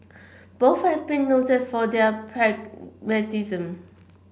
both have been noted for their pragmatism